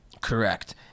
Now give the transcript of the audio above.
Correct